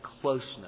closeness